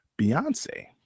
Beyonce